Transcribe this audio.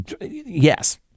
yes